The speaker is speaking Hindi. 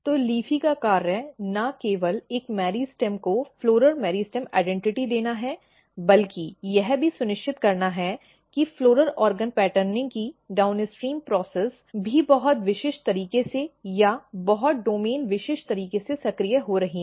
तो LEAFY का कार्य न केवल एक मेरिस्टेम को फ्लोरल मैरिस्टेम पहचान देना है बल्कि यह भी सुनिश्चित करना है कि पुष्प अंग पैटर्निंग की डाउनस्ट्रीम प्रक्रियाएं भी बहुत विशिष्ट तरीके से या बहुत डोमेन विशिष्ट तरीके से सक्रिय हो रही हैं